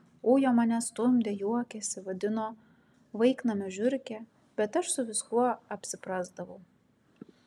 ujo mane stumdė juokėsi vadino vaiknamio žiurke bet aš su viskuo apsiprasdavau